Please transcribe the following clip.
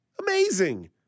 amazing